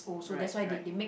right right